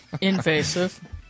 Invasive